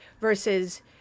versus